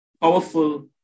Powerful